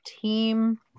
team